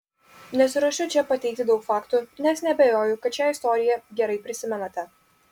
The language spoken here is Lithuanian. nesiruošiu čia pateikti daug faktų nes neabejoju kad šią istoriją gerai prisimenate